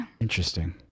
Interesting